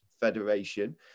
Federation